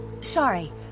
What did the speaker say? Sorry